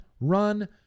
Run